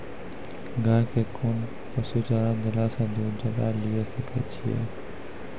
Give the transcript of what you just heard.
गाय के कोंन पसुचारा देला से दूध ज्यादा लिये सकय छियै?